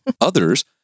Others